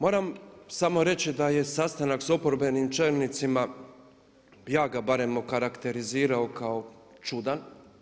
Moram samo reći da je sastanak sa oporbenim čelnicima, ja ga barem okarakterizirao kao čudan.